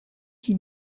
qui